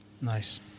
Nice